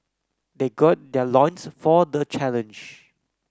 they gird their loins for the challenge